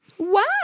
Wow